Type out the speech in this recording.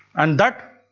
and that